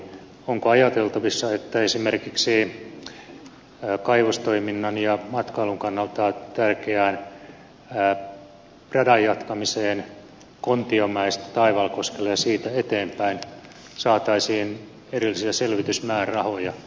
onko ajateltavissa että esimerkiksi kaivostoiminnan ja matkailun kannalta tärkeään radanjatkamiseen kontiomäestä taivalkoskelle ja siitä eteenpäin saataisiin erillisiä selvitysmäärärahoja